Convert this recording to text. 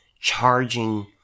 charging